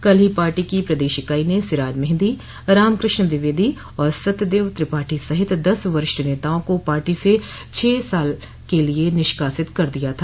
कल ही पार्टी की प्रदेश इकाई ने सिराज मेहंदी राम कृष्ण द्विवेदी और सत्यदेव त्रिपाठी सहित दस वरिष्ठ नेताओं को पार्टी से छह साल से निष्कासित कर दिया था